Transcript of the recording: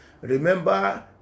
Remember